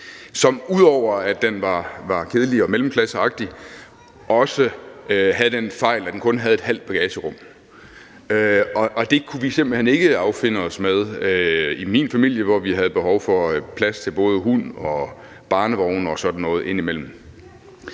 som – ud over at den var kedelig og mellemklasseagtig – også havde den fejl, at den kun havde et halvt bagagerum. Og det kunne vi simpelt hen ikke affinde os med i min familie, hvor vi havde behov for plads til både hund og barnevogne og sådan noget indimellem.